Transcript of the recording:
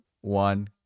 one